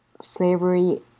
slavery